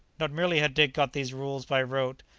not merely had dick got these rules by rote,